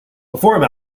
before